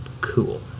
cool